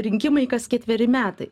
rinkimai kas ketveri metai